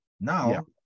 now